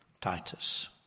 Titus